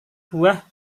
buah